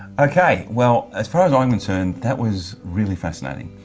okay, well as far as i'm concerned that was really fascinating.